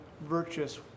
virtuous